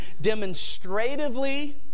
demonstratively